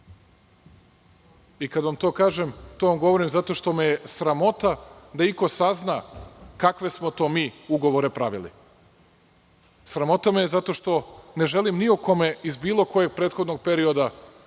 Kada vam to kažem, to vam govorim zato što me je sramota da iko sazna kakve smo to mi ugovore pravili. Sramota me je zato što ne želim ni o kome iz bilo kojeg prethodnog perioda